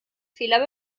fehler